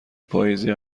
پاییزی